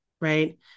right